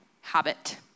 habit